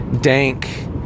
dank